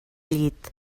llit